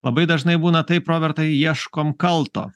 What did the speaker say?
labai dažnai būna taip robertai ieškom kalto